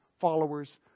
followers